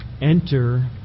enter